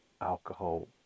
alcohol